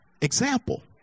example